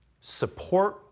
support